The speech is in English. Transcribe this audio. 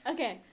Okay